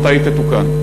2. אם כן, מדוע?